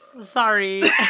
Sorry